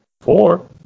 Four